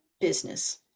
business